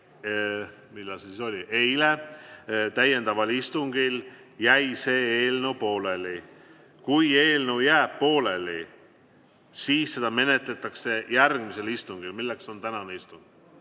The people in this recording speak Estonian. on järgmine: eilsel täiendaval istungil jäi see eelnõu pooleli. Kui eelnõu jääb pooleli, siis seda menetletakse järgmisel istungil, milleks on tänane istung.